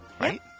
right